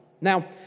Now